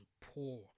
poor